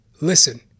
Listen